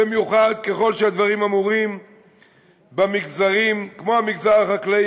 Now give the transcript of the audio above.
במיוחד ככל שהדברים אמורים במגזרים כמו המגזר החקלאי,